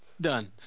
Done